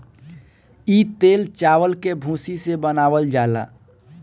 इ तेल चावल के भूसी से बनावल जाला